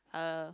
uh